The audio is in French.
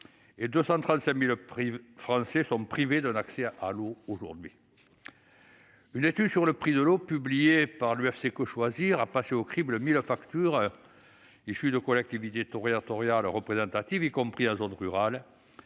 et 235 000 Français sont privés d'un accès permanent à l'eau. Une étude sur le prix de l'eau, publiée en 2018 par UFC-Que Choisir, a passé au crible 1 000 factures de collectivités territoriales représentatives, y compris en zone rurale.